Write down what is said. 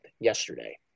yesterday